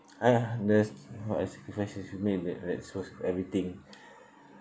ah that's what are sacrifices you make that that's worth everything